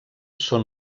són